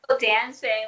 Dancing